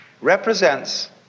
represents